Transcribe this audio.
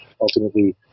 ultimately